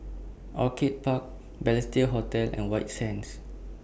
Orchid Park Balestier Hotel and White Sands